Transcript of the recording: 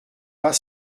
pas